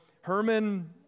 Herman